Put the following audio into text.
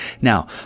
Now